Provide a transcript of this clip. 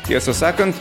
tiesą sakant